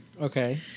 Okay